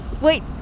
Wait